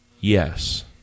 Yes